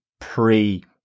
pre-